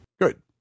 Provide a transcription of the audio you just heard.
Good